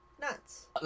nuts